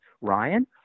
Ryan